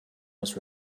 was